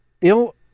ill